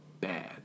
bad